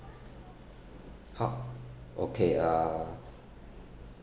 how okay uh